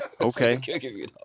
Okay